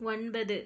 ஒன்பது